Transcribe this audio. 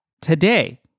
today